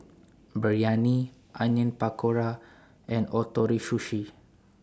Biryani Onion Pakora and Ootoro Sushi